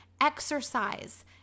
Exercise